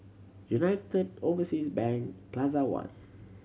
United Overseas Bank Plaza One